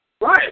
Right